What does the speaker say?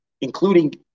including